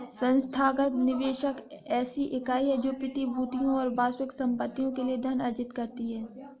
संस्थागत निवेशक ऐसी इकाई है जो प्रतिभूतियों और वास्तविक संपत्तियों के लिए धन अर्जित करती है